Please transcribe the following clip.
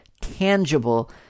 tangible